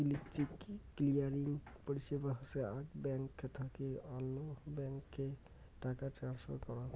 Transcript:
electronic clearing পরিষেবা হসে আক ব্যাঙ্ক থাকি অল্য ব্যাঙ্ক এ টাকা ট্রান্সফার করাঙ